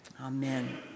Amen